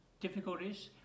difficulties